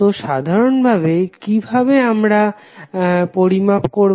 তো সাধারানভাবে কিভাবে এটাকে পরিমাপ করবে